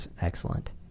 Excellent